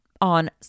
on